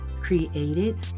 created